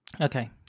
okay